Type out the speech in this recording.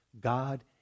God